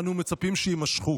ואנו מצפים שיימשכו.